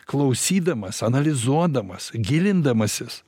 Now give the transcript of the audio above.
klausydamas analizuodamas gilindamasis